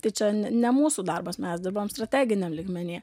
tai čia ne ne mūsų darbas mes dirbam strateginiam lygmeny